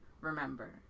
remember